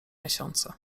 miesiące